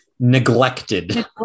Neglected